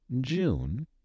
June